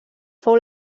fou